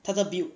他的 built